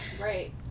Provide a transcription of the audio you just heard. right